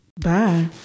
Bye